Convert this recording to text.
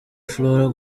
flora